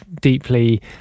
deeply